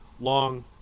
long